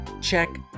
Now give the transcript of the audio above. Check